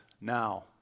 Now